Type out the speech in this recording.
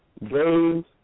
games